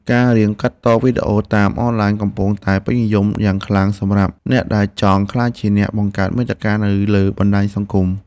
ការរៀនកាត់តវីដេអូតាមអនឡាញកំពុងតែពេញនិយមយ៉ាងខ្លាំងសម្រាប់អ្នកដែលចង់ក្លាយជាអ្នកបង្កើតមាតិកានៅលើបណ្តាញសង្គម។